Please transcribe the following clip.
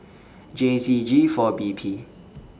J Z G four B P